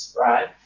right